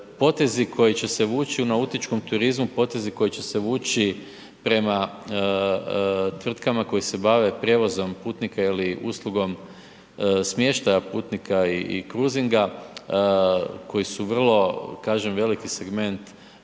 potezi koji će se vući u nautičkom turizmu, potezi koji će se vući prema tvrtkama koje se bave prijevozom putnika ili uslugom smještaja putnika i, i kruzinga koji su vrlo, kažem, veliki segment